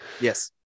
yes